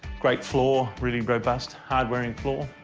great floor. really robust, hard-wearing floor.